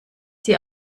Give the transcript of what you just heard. sie